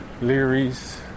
Leary's